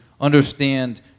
understand